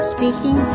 Speaking